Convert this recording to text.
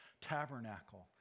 tabernacle